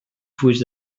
fulls